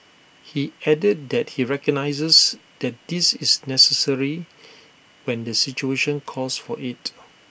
he added that he recognises that this is necessary when the situation calls for IT